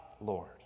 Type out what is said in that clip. Lord